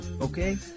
Okay